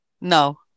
No